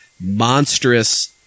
monstrous